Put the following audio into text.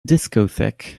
discotheque